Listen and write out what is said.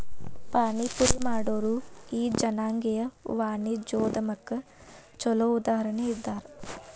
ಪಾನಿಪುರಿ ಮಾಡೊರು ಈ ಜನಾಂಗೇಯ ವಾಣಿಜ್ಯೊದ್ಯಮಕ್ಕ ಛೊಲೊ ಉದಾಹರಣಿ ಇದ್ದಾರ